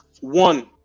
one